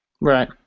Right